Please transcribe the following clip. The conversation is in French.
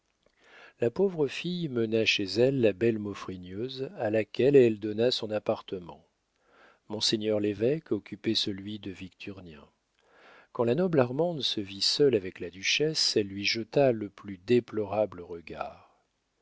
la pauvre fille mena chez elle la belle maufrigneuse à laquelle elle donna son appartement monseigneur l'évêque occupait celui de victurnien quand la noble armande se vit seule avec la duchesse elle lui jeta le plus déplorable regard